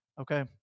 okay